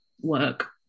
work